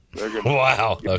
Wow